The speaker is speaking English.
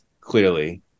clearly